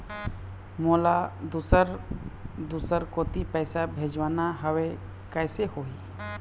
मोला दुसर दूसर कोती पैसा भेजवाना हवे, कइसे होही?